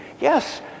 Yes